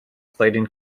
clayton